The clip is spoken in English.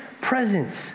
presence